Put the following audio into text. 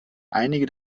einige